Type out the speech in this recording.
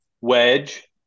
wedge